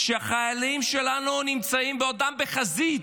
כשהחיילים שלנו נמצאים בחזית,